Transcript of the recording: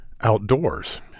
outdoors